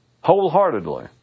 wholeheartedly